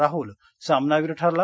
राहूल सामनावीर ठरला